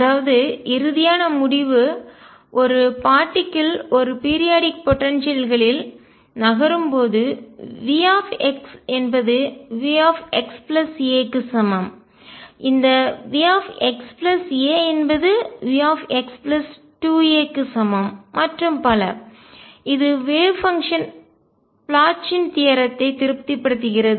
அதாவது இறுதியான முடிவு ஒரு பார்ட்டிக்கல் துகள் ஒரு பீரியாடிக் போடன்சியல்களில் குறிப்பிட்ட கால இடைவெளி ஆற்றல் நகரும் போது V என்பது V x a க்கு சமம் இந்த V x a என்பது V x 2a க்கு சமம் மற்றும் பல இது வேவ் பங்ஷன் அலை செயல்பாடு ப்ளாச்சின் தியரத்தை தேற்றம் திருப்திப்படுத்துகிறது